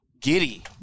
giddy